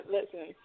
Listen